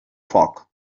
foc